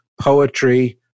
poetry